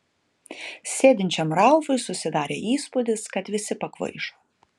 sėdinčiam ralfui susidarė įspūdis kad visi pakvaišo